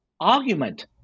argument